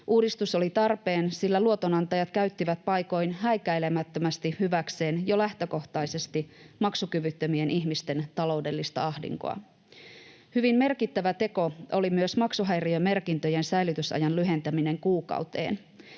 Uudistus oli tarpeen, sillä luotonantajat käyttivät paikoin häikäilemättömästi hyväkseen jo lähtökohtaisesti maksukyvyttömien ihmisten taloudellista ahdinkoa. Hyvin merkittävä teko oli myös maksuhäiriömerkintöjen säilytysajan lyhentäminen kuukauteen.